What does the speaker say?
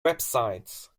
websites